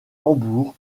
hambourg